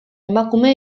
emakume